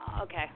okay